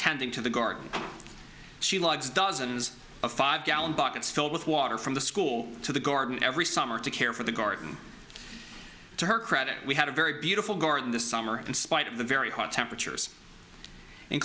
tending to the garden she logs dozens of five gallon buckets filled with water from the school to the garden every summer to care for the garden to her credit we had a very beautiful garden this summer in spite of the very hot temperatures